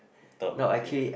term okay